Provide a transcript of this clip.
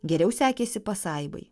geriau sekėsi pasaibai